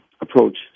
approach